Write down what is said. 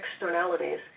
externalities